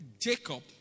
jacob